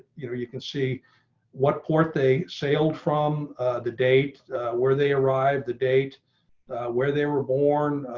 you know you can see what port. they sailed from the date where they arrived, the date where they were born,